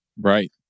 Right